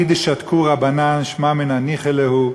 "מדשתקי רבנן שמע מינה דניחא להו".